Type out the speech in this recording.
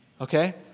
Okay